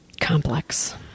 Complex